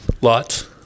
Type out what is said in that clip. Lots